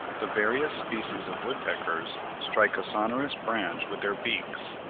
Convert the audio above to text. the various species of woodpeckers strike a sonorous branch with their beaks,